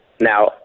Now